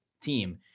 team